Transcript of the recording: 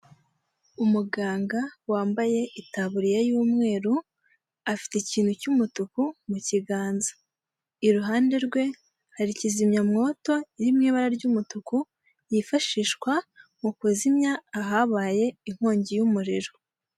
Umuganga wambaye itaburiya y'umweru afite ikintu cy'umutuku mu kiganza, iruhande rwe hari kizimyamwoto, iri mu ibara ry'umutuku, yifashishwa mu kuzimya ahabaye inkongi y'umuriro.